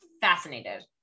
fascinated